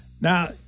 now